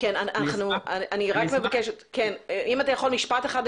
אם אתה יכול משפט אחד לסיכום.